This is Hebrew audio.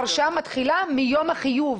ההרשאה מתחילה מיום החיוב,